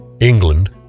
England